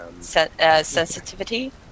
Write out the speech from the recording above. ...sensitivity